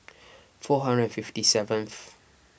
four hundred and fifty seventh